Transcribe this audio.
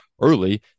early